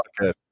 podcast